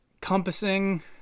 compassing